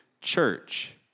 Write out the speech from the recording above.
church